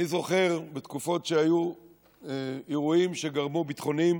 אני זוכר את התקופות שהיו אירועים ביטחוניים